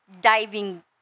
diving